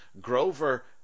Grover